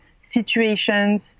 situations